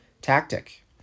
tactic